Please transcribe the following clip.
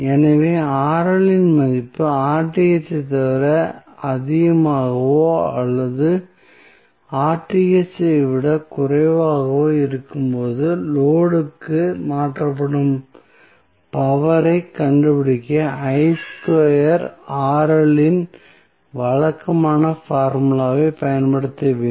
எனவே இன் மதிப்பு ஐ விட அதிகமாகவோ அல்லது ஐ விடக் குறைவாகவோ இருக்கும்போது லோடு க்கு மாற்றப்படும் பவர் ஐக் கண்டுபிடிக்க இன் வழக்கமான ஃபார்முலாவை பயன்படுத்த வேண்டும்